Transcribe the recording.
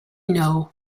know